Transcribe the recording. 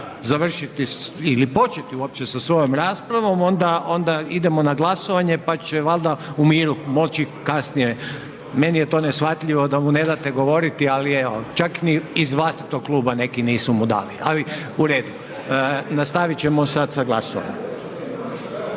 završiti ili početi uopće sa svojom raspravom onda idemo na glasovanje, pa će valjda u miru moći kasnije, meni je to neshvatljivo da mu ne date govoriti, ali evo čak ni iz vlastitog kluba neki nisu mu dali, ali u redu. Nastavit ćemo sad sa glasovanjem.